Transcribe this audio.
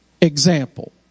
example